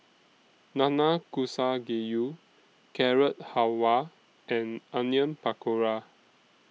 Nanakusa Gayu Carrot Halwa and Onion Pakora